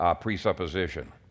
presupposition